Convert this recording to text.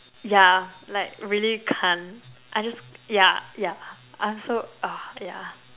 yeah like really can't I just yeah yeah I'm so !aww! yeah